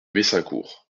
messincourt